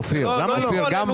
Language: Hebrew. אופיר, גם בפעמים